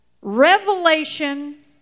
Revelation